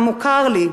המוכר לי,